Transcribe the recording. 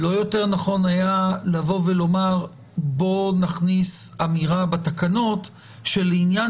לא יותר נכון היה לבוא ולומר: בואו נכניס אמירה בתקנות שלעניין